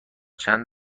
چند